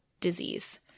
disease